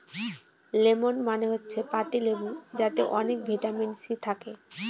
lemon মানে হচ্ছে পাতি লেবু যাতে অনেক ভিটামিন সি থাকে